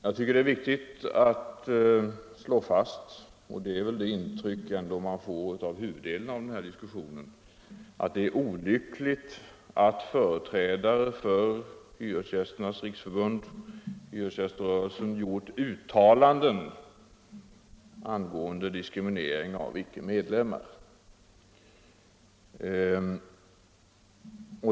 Jag tycker det är viktigt att slå fast, att det är olyckligt att företrädare för Hyresgästernas riksförbund gjort uttalanden angående diskriminering av ickemedlemmar.